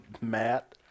Matt